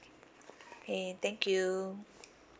okay thank you